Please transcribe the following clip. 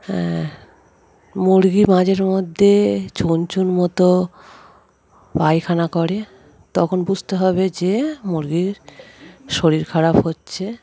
হ্যাঁ মুরগি মাঝে মধ্যে চুন চুন মতো পায়খানা করে তখন বুঝতে হবে যে মুরগির শরীর খারাপ হচ্ছে